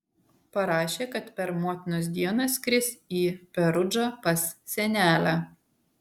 parašė kad per motinos dieną skris į perudžą pas senelę